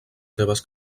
seves